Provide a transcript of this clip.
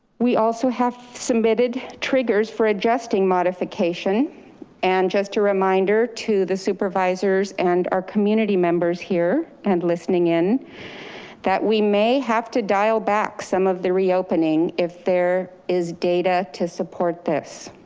we also have submitted triggers for adjusting modification and just a reminder to the supervisors and our community members here and listening in that we may have to dial back some of the reopening if there is data to support this.